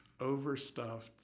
overstuffed